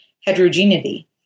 heterogeneity